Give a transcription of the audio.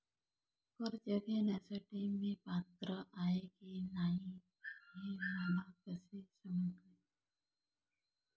कर्ज घेण्यासाठी मी पात्र आहे की नाही हे मला कसे समजेल?